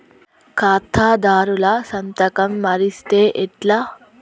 ఖాతాదారుల సంతకం మరిస్తే ఎట్లా?